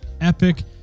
epic